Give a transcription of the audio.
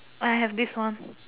I have this one